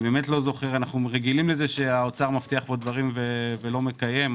אנחנו רגילים לזה שהאוצר מבטיח פה דברים ולא מקיים,